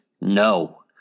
no